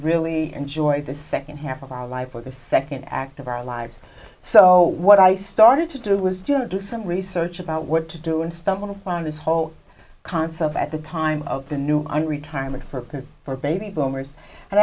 really enjoy the second half of our life or the second act of our lives so what i started to do was just do some research about what to do and stumbled upon this whole concept at the time of the new and retirement program for baby boomers and